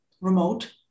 remote